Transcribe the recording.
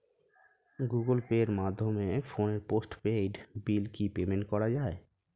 Google পের মাধ্যমে ফোনের পোষ্টপেইড বিল কি পেমেন্ট করা যায়?